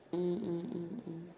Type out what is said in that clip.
mm mm mm mm